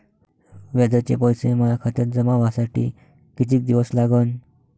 व्याजाचे पैसे माया खात्यात जमा व्हासाठी कितीक दिवस लागन?